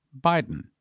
Biden